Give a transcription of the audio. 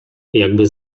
jakby